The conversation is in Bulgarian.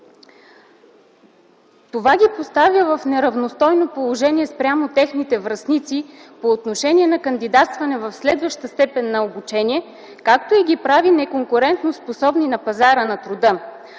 Това ги поставя в неравностойно положение спрямо техните връстници по отношение на кандидатстване в следваща степен на обучение, както и ги прави неконкурентоспособни на пазара на труда.